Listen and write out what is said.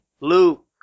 Luke